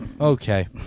Okay